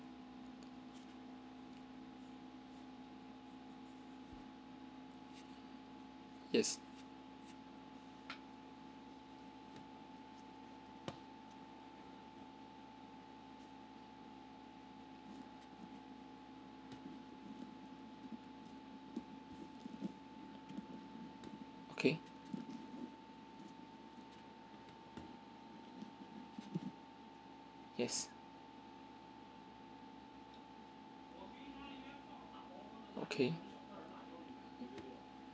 yes okay yes okay